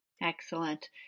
Excellent